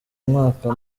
mwaka